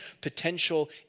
potential